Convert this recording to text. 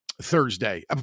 Thursday